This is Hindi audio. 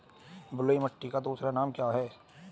बलुई मिट्टी का दूसरा नाम क्या है?